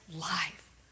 life